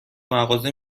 مغازه